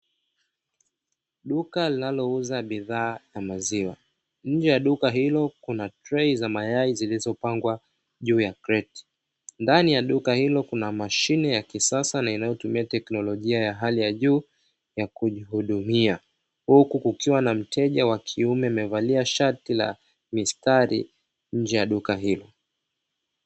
Duka linalouza bidhaa na maziwa, nje ya duka hilo kuna trei za mayai zilizopangwa juu ya kreti, ndani ya duka hilo kuna mashine ya kisasa na inayotumia teknolojia ya hali ya juu ya kujihudumia, huku kukiwa na mteja wa kiume amevalia shati la mistari nje ya duka hilo.